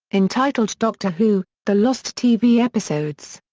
entitled doctor who the lost tv episodes.